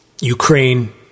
Ukraine